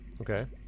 Okay